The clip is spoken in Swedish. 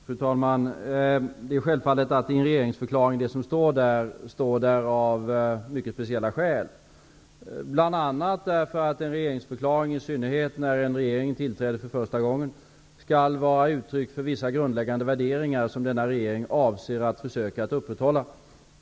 Fru talman! Det är självklart att det som står i en regeringsförklaring står där av mycket speciella skäl, bl.a. därför att en regeringsförklaring, i synnerhet när en regering tillträder för första gången, skall vara uttryck för vissa grundläggande värderingar som denna regering avser att försöka upprätthålla.